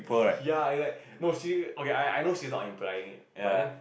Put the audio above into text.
ya it's like no she okay I I know she's not implying it but then